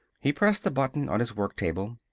he pressed a button on his work-table.